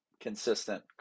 consistent